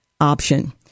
option